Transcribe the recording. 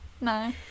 No